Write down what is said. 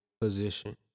position